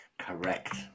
Correct